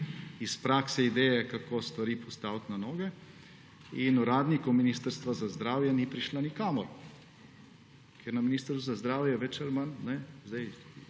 iz prakse ideje, kako stvari postavit na noge, in uradnikov Ministrstva za zdravje, ni prišla nikamor, ker na Ministrstvu za zdravje je več ali manj – zdaj